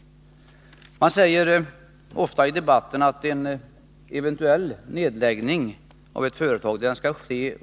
I debatten säger man ofta att en eventuell nedläggning av ett företag måste